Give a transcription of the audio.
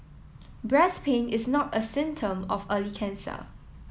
breast pain is not a symptom of early cancer